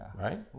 right